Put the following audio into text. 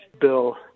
bill